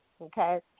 Okay